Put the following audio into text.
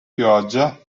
pioggia